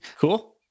Cool